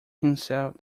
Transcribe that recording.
himself